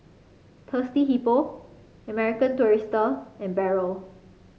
Thirsty Hippo American Tourister and Barrel